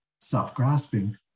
self-grasping